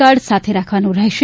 card સાથે રાખવાનું રહેશે